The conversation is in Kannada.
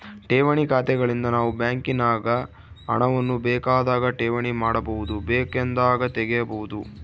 ಠೇವಣಿ ಖಾತೆಗಳಿಂದ ನಾವು ಬ್ಯಾಂಕಿನಾಗ ಹಣವನ್ನು ಬೇಕಾದಾಗ ಠೇವಣಿ ಮಾಡಬಹುದು, ಬೇಕೆಂದಾಗ ತೆಗೆಯಬಹುದು